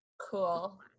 Cool